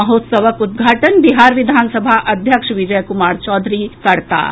महोत्सवक उद्घाटन बिहार विधानसभा अध्यक्ष विजय कुमार चौधरी करताह